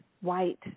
white